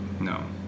No